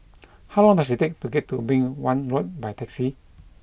how long does it take to get to Beng Wan Road by taxi